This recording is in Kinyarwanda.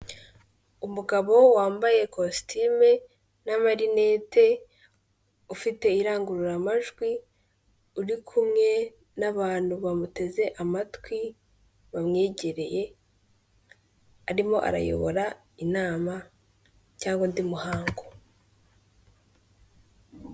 Umugabo wambaye ikositimu n'amarinete, ufite irangururamajwi, uri kumwe n'abantu bamuteze amatwi, bamwigereriye, arimo arayobora inama cyangwa undi muhango.